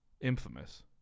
infamous